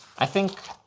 i think.